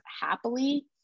happily